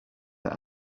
that